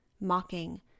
mocking